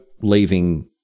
leaving